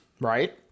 right